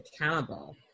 accountable